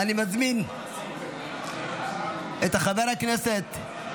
אני קובע כי הצעת החלטה בדבר